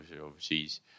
overseas